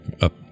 up